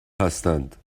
هستند